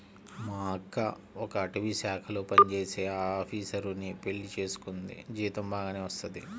మా అక్క ఒక అటవీశాఖలో పనిజేసే ఆపీసరుని పెళ్లి చేసుకుంది, జీతం బాగానే వత్తది